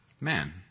Man